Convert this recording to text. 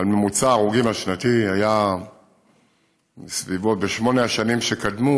אבל ממוצע ההרוגים השנתי בשמונה השנים שקדמו